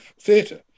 theatre